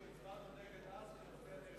הצבענו נגד אז ונצביע נגד גם היום.